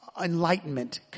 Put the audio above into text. enlightenment